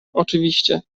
oczywiście